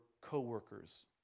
co-workers